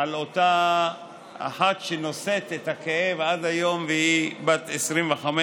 על אותה אחת שנושאת את הכאב עד היום והיא בת 25,